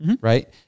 right